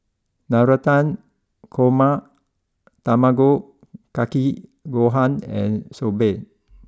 Navratan Korma Tamago Kake Gohan and Soba